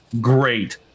great